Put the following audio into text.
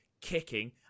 kicking